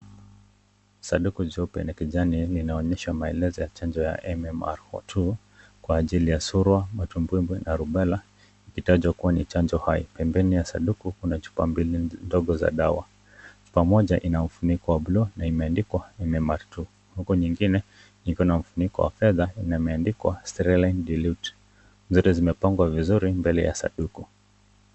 Sanduku jeupe na kijani linaonyesha maelezo ya chanjo ya MMR II kwa ajili ya surua, matumbwitumbwi na rubella ikitajwa kuwa ni chanjo hai. Pembeni ya sanduku kuna chupa mbili ndogo za dawa. Chupa moja ina ufuniko wa bluu na imeandikwa MMR II huku nyingine iko na ufuniko wa fedha na imeandikwa sterile diluent . Zimepangwa vizuri mbele ya sanduku.